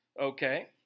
okay